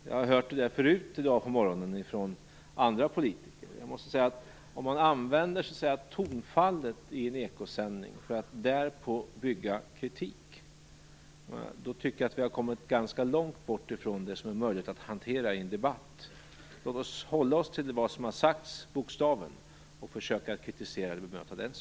Jag har i dag på morgonen hört detta också från andra politiker. Om man bygger kritik på tonfallet i en eko-sändning då tycker jag att vi har kommit ganska långt bort ifrån det som är möjligt att hantera i en debatt. Låt oss hålla oss till det som bokstavligen har sagts och försöka att kritisera och bemöta detta.